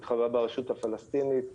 התחבא ברשות הפלסטינית.